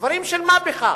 דברים של מה בכך.